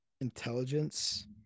intelligence